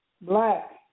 Black